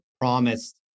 promised